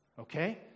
Okay